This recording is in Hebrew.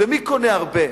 ומי קונה הרבה?